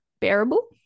bearable